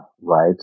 right